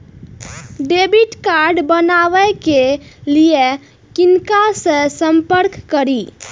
Debit card बनावे के लिए किनका से संपर्क करी?